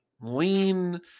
lean